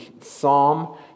Psalm